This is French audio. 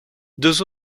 deux